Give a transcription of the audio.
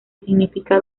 significa